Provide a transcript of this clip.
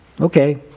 Okay